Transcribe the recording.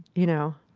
you know,